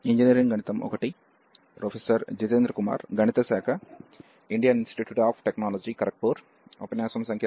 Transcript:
engineering గణితం 1 పై ఉపన్యాసాలకు స్వాగతం మరియు ఇది ఉపన్యాసం సంఖ్య 24